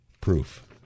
proof